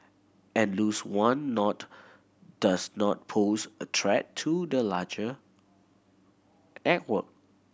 and lose one node does not pose a threat to the larger network